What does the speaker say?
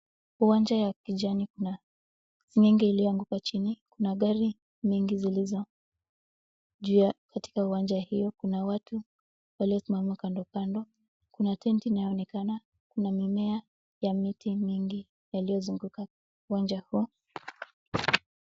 Uwanja ya kijani kuna mingi iliyoanguka chini, kuna gari nyingi zilizo juu katika uwanja hiyo. Kuna watu waliosimama kando kando, kuna tenti inayoonekana kuna mimea ya miti mingi yaliyozunguka uwanja huu